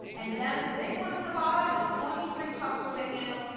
and then and the big one on the bottom is twenty three cups with a handle.